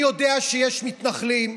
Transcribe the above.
אני יודע שיש מתנחלים,